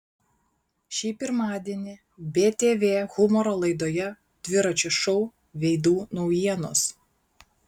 šį pirmadienį btv humoro laidoje dviračio šou veidų naujienos